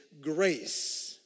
grace